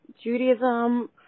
Judaism